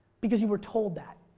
because you were told that.